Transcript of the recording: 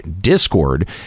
discord